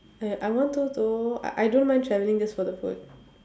ya I wanted to I I don't mind travelling just for the food